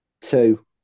Two